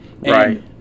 Right